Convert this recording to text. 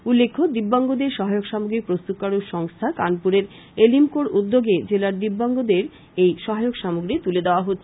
উল্লেখ্য দিব্যাংগদের সহায়ক সামগ্রী প্রস্তুতকারক সংস্থা কানপুরের এলিমকোর উদ্যোগে জেলার দিব্যাংগদেরকে এই সহায়ক সামগ্রী তুলে দেওয়া হচ্ছে